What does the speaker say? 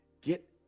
Get